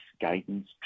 guidance